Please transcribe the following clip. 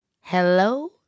Hello